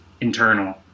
internal